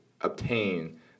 obtain